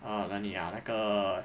err 哪里呀那个